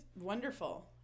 wonderful